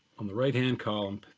on the right hand column,